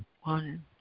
one